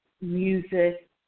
music